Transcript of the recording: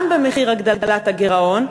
גם במחיר הגדלת הגירעון,